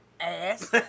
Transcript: ass